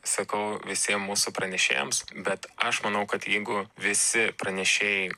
sakau visiem mūsų pranešėjams bet aš manau kad jeigu visi pranešėjai